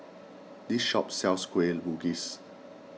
this shop sells Kueh Bugis